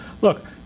look